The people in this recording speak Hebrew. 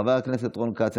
חבר הכנסת רון כץ,